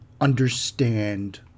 understand